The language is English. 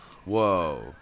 Whoa